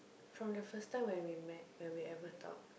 from the first time when we met when we ever talk